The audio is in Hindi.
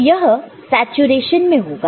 तो यह सैचुरेशन में होगा